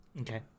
Okay